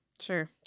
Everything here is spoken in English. Sure